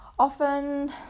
Often